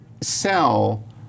sell